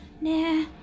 Nah